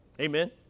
Amen